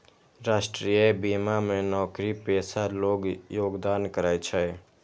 राष्ट्रीय बीमा मे नौकरीपेशा लोग योगदान करै छै